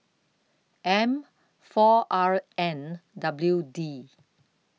M four R N W D